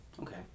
Okay